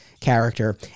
character